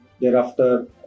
thereafter